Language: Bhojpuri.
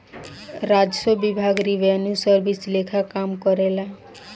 राजस्व विभाग रिवेन्यू सर्विस लेखा काम करेला